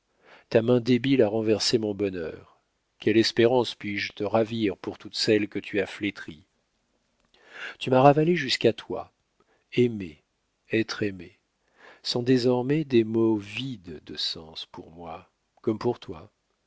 ta main débile a renversé mon bonheur quelle espérance puis-je te ravir pour toutes celles que tu as flétries tu m'as ravalé jusqu'à toi aimer être aimé sont désormais des mots vides de sens pour moi comme pour toi